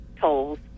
tolls